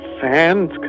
fans